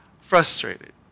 frustrated